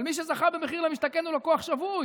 אבל מי שזכה במחיר למשתכן הוא לקוח שבוי.